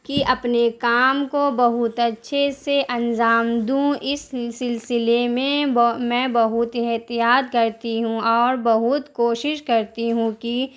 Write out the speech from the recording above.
کہ اپنے کام کو بہت اچھے سے انجام دوں اس سلسلے میں میں بہت احتیاط کرتی ہوں اور بہت کوشش کرتی ہوں کہ